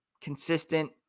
consistent